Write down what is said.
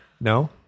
No